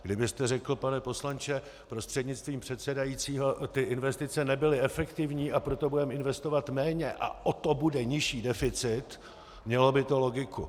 Kdybyste řekl, pane poslanče prostřednictvím předsedajícího, ty investice nebyly efektivní, a proto budeme investovat méně a o to bude nižší deficit, mělo by to logiku.